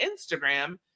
Instagram